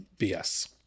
BS